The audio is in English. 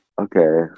Okay